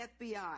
FBI